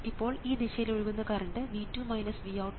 അപ്പോൾ ഈ ദിശയിൽ ഒഴുകുന്ന കറണ്ട് 1 കിലോ Ω ആണ്